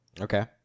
Okay